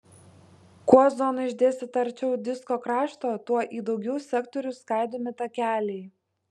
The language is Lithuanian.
kuo zona išdėstyta arčiau disko krašto tuo į daugiau sektorių skaidomi takeliai